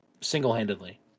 single-handedly